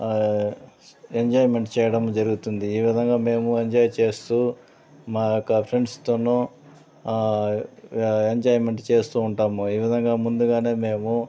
enjoyment చేయడం జరుగుతుంది ఈ విధంగా మేము ఎంజాయ్ చేస్తూ మా యొక్క ఫ్రెండ్స్తోను ఎంజాయ్మెంట్ చేస్తూ ఉంటాము ఈ విధంగా ముందుగానే మేము